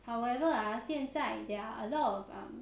however ah 现在 there are a lot of um